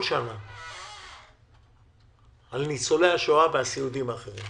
כל שנה על ניצולי השואה ועל סיעודיים אחרים,